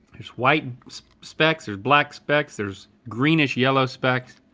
there's white specks, there's black specks. there's greenish yellow specks.